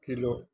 kilo